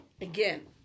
again